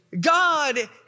God